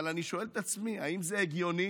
אבל אני שואל את עצמי: האם זה הגיוני